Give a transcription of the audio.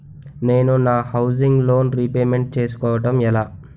నేను నా housing loan repayment చేసుకోవటం ఎలా?